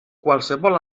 qualsevol